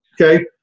Okay